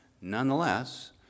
Nonetheless